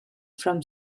from